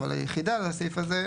אבל היחידה לסעיף הזה,